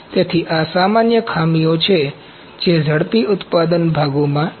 તેથી આ સામાન્ય ખામીઓ છે જે ઝડપી ઉત્પાદન ભાગોમાં છે